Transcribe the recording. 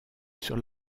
sur